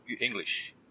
English